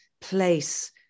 place